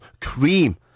Cream